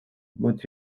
moet